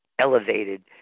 elevated